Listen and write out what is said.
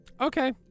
Okay